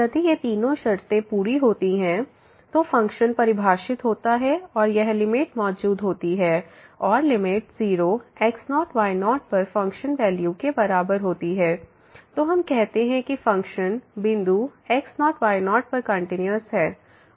यदि ये तीनों शर्तें पूरी होती हैं तो फ़ंक्शन परिभाषित होता है और यह लिमिट मौजूद होती है और लिमिट 0 x0 y0 पर फंक्शन वैल्यू के बराबर होती है तो हम कहते हैं कि फ़ंक्शन बिंदु x0 y0पर कंटिन्यूस है